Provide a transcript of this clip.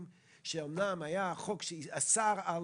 שתהיה הצעת חוק ממשלתית, כי זה יקצר את